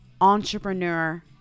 entrepreneur